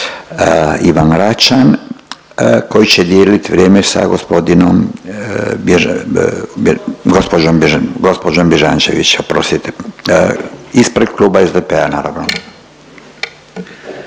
Ivan Račan koji će dijelit vrijeme sa gospodinom, gđo. Bježančević, oprostite, ispred Kluba SDP-a naravno.